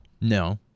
No